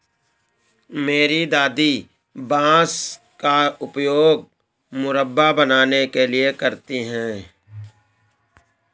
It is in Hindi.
मेरी दादी बांस का उपयोग मुरब्बा बनाने के लिए करती हैं